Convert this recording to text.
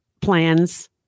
plans